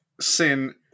Sin